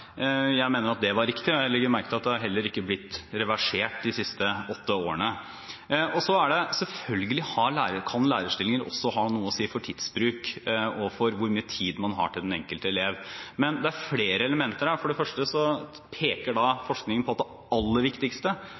Jeg mener at det var riktig, og jeg legger merke til at det heller ikke er blitt reversert de siste åtte årene. Selvfølgelig kan antall lærerstillinger også ha noe å si for tidsbruk og for hvor mye tid man har til den enkelte elev. Men det er flere elementer her. For det første peker forskning på at det aller viktigste